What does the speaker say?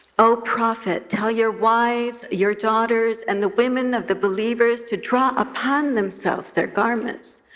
o prophet, tell your wives, your daughters, and the women of the believers to draw upon themselves their garments,